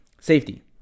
Safety